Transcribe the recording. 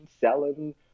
selling